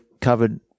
covered